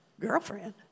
girlfriend